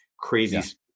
Crazy